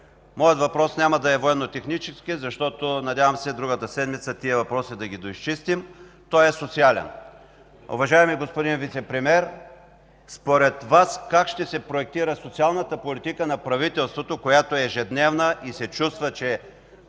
Моят въпрос няма да е военно-технически, защото, надявам се, другата седмица тези въпроси да ги доизчистим, той е социален. Уважаеми господин Вицепремиер, според Вас как ще се проектира социалната политика на правителството, която е ежедневна и се чувства, че